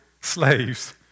slaves